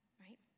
Right